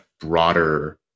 broader